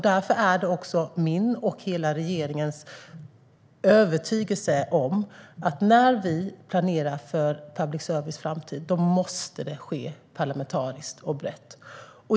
Därför är det också min och hela regeringens övertygelse att när vi planerar framtiden för public service måste det ske parlamentariskt och brett.